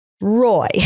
Roy